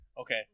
Okay